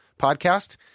podcast